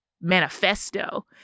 manifesto